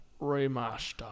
Remastered